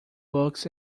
books